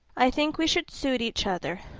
i think we should suit each other.